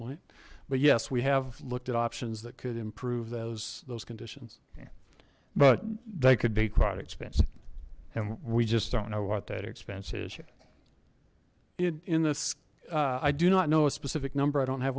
point but yes we have looked at options that could improve those those conditions but they could be quite expensive and we just don't know what that expense is you in this i do not know a specific number i don't have